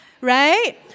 Right